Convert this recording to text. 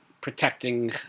protecting